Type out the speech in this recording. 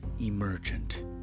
emergent